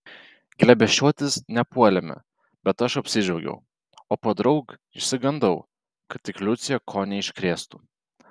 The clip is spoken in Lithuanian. glėbesčiuotis nepuolėme bet aš apsidžiaugiau o podraug išsigandau kad tik liucė ko neiškrėstų